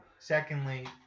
Secondly